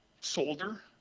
Solder